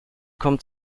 kommt